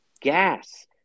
gas